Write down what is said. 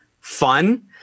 fun